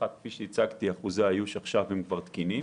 האחת היא שאחוזי הייאוש כבר תקינים.